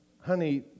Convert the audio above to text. Honey